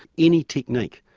any technique,